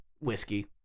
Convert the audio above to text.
Whiskey